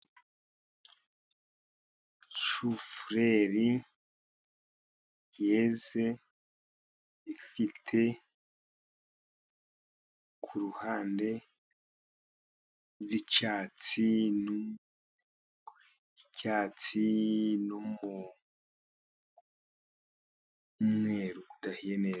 Shufureri yeze ifite kuruhande icyatsi n'umweru ku udahiye neza.